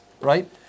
right